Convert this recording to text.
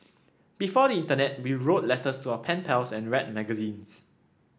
before the internet we wrote letters to our pen pals and read magazines